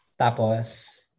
tapos